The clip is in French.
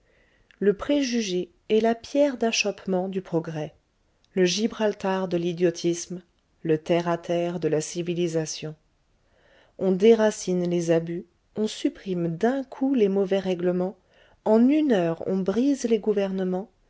le préjugé est la pierre d'achoppement du progrès le gibraltar de l'idiotisme le terre à terre de la civilisation on déracine les abus on supprime d'un coup les mauvais règlements en une heure on brise les gouvernements